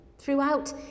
Throughout